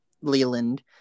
Leland